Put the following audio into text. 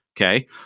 Okay